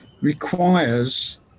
requires